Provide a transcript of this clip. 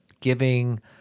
giving